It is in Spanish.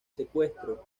secuestro